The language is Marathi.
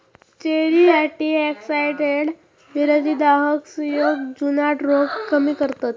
चेरी अँटीऑक्सिडंट्स, विरोधी दाहक संयुगे, जुनाट रोग कमी करतत